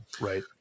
Right